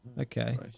Okay